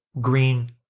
green